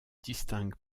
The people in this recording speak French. distingue